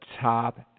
top